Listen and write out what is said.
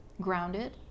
grounded